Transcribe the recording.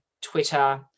Twitter